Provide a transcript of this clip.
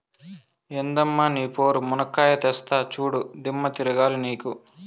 ఎందమ్మ నీ పోరు, మునక్కాయా తెస్తా చూడు, దిమ్మ తిరగాల నీకు